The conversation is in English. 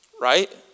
right